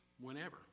whenever